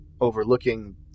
overlooking